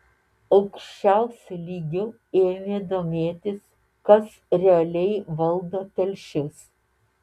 aukščiausiu lygiu ėmė domėtis kas realiai valdo telšius